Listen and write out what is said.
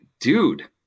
dude